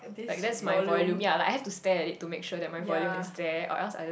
like that's my volume ya like I had to stare at it to make sure that my volume is there or else I just